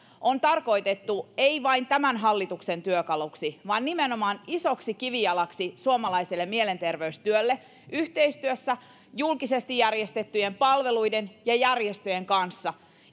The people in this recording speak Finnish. on tarkoitettu ei vain tämän hallituksen työkaluksi vaan nimenomaan isoksi kivijalaksi suomalaiselle mielenterveystyölle yhteistyössä julkisesti järjestettyjen palveluiden ja järjestöjen kanssa